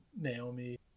Naomi